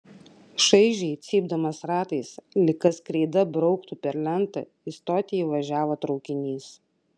šaižiai cypdamas ratais lyg kas kreida brauktų per lentą į stotį įvažiavo traukinys